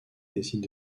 décide